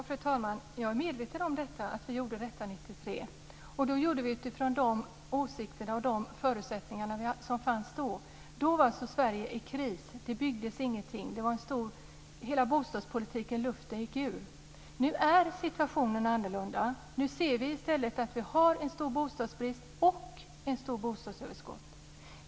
Fru talman! Jag är medveten om att vi gjorde detta 1993. Då gjorde vi det utifrån de åsikter och förutsättningar som fanns då. Sverige var i kris. Det byggdes ingenting. Luften gick ur bostadspolitiken. Nu är situationen annorlunda. Vi ser att vi har en stor bostadsbrist och ett stort bostadsöverskott.